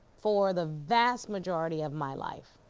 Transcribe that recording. for the vast majority of my life